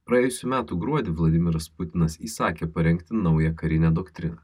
praėjusių metų gruodį vladimiras putinas įsakė parengti naują karinę doktriną